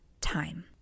time